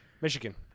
Michigan